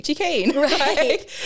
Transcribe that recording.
right